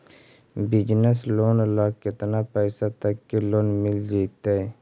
Business loan ल केतना पैसा तक के लोन मिल जितै?